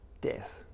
death